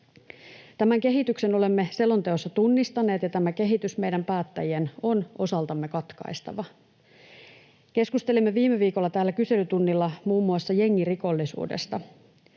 Tämän kehityksen olemme selonteossa tunnistaneet, ja tämä kehitys meidän päättäjien on osaltamme katkaistava. Keskustelimme viime viikolla täällä kyselytunnilla muun muassa jengirikollisuudesta.